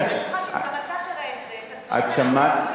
אני בטוחה שאם אתה תראה את זה, את הדברים האלה,